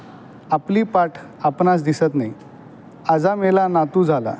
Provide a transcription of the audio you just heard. आपली पाठ आपणास दिसत नाही आजा मेला नातू झाला